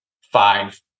five